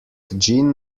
gin